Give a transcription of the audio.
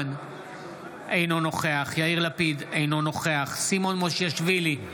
אינו נוכח יאיר לפיד, אינו נוכח סימון מושיאשוילי,